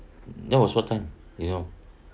that was what time you know